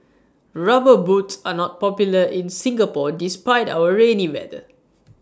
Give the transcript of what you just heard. rubber boots are not popular in Singapore despite our rainy weather